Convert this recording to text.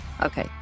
Okay